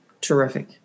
terrific